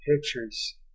pictures